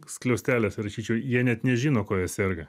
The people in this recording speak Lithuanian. skliausteliuose rašyčiau jie net nežino kuo jie serga